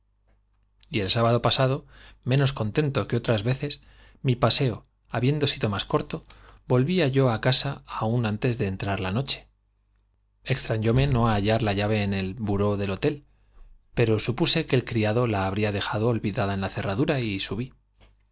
y el sábado pasado menos contento que otras veces mi paseo habiendo sido más corto volvía yo a casa aun antes deentrar la noche extraiiórne no hallar la llave en el bureau del hotel pero supuse que el criado la habría dejado olvidada en la cerradura y subí